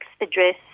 address